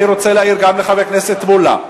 אני רוצה להעיר גם לחבר הכנסת מולה: